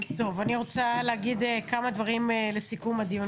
כמה דברים לסיכום הדיון.